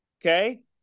Okay